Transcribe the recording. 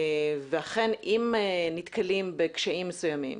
ואכן אם נתקלים בקשיים מסוימים,